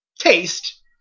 taste